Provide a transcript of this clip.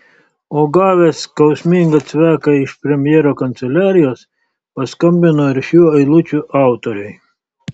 o gavęs skausmingą cveką iš premjero kanceliarijos paskambino ir šių eilučių autoriui